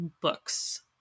books